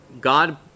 God